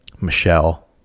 Michelle